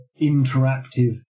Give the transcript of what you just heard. interactive